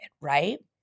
right